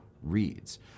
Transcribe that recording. reads